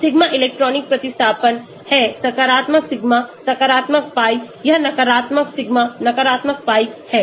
sigma electronic प्रतिस्थापन है सकारात्मक सिग्मा सकारात्मक piयह नकारात्मक सिग्मा नकारात्मक pi है